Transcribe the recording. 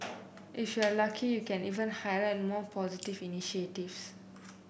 if you are lucky you can even highlight your more positive initiatives